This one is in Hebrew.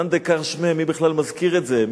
מאן דכר שמיה, מי בכלל מזכיר את זה?